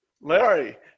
Larry